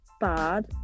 bad